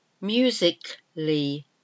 musically